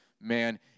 man